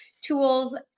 tools